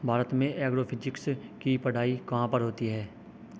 भारत में एग्रोफिजिक्स की पढ़ाई कहाँ पर होती है?